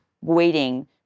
waiting